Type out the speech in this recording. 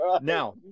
Now